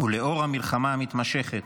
ולנוכח המלחמה המתמשכת,